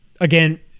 again